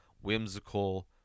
whimsical